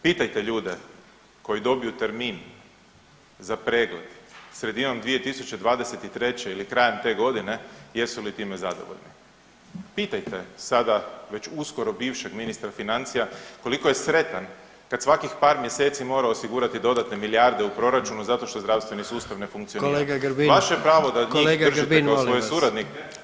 Pitajte ljude koji dobiju termin za pregled sredinom 2023. ili krajem te godine jesu li time zadovoljni, pitajte sada već uskoro bivšeg ministra financija koliko je sretan kad svakih par mjeseci mora osigurati dodatne milijarde u proračunu zato što zdravstveni sustav ne funkcionira [[Upadica: Kolega Grbin …]] vaše je pravo [[Upadica: Kolega Grbin, molim vas.]] da njih držite kao svoje suradnike.